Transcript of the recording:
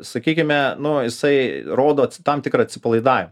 sakykime nu jisai rodo tam tikrą atsipalaidav